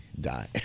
die